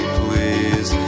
please